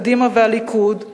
קדימה והליכוד,